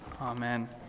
Amen